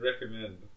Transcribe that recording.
recommend